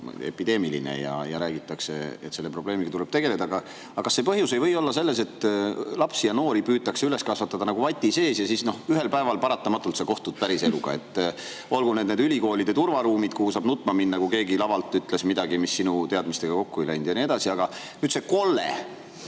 ja räägitakse, et selle probleemiga tuleb tegeleda. Aga kas põhjus ei või olla selles, et lapsi ja noori püütakse üles kasvatada nagu vati sees, kuid siis ühel päeval paratamatult nad kohtuvad päris eluga? Olgu need ülikoolide turvaruumid, kuhu saab nutma minna, kui keegi lavalt ütles midagi, mis sinu teadmistega kokku ei läinud, ja nii edasi. Aga nüüd see,